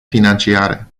financiare